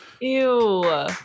Ew